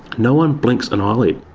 no one blinks an eyelid.